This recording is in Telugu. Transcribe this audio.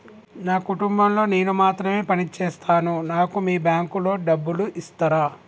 నా కుటుంబం లో నేను మాత్రమే పని చేస్తాను నాకు మీ బ్యాంకు లో డబ్బులు ఇస్తరా?